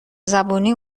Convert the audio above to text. زبونی